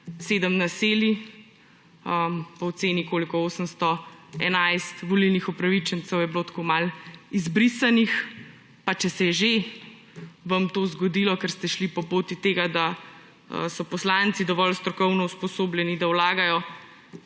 7 naselij. Po oceni ‒ koliko? – 811 volilnih upravičencev je bilo tako malo izbrisanih, pa če se je že vam to zgodilo, ker ste šli po poti tega, da so poslanci dovolj strokovno usposobljeni, da vlagajo